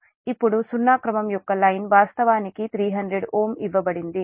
ఇప్పుడు సున్నా క్రమం యొక్క లైన్ వాస్తవానికి 300 Ω ఇవ్వబడింది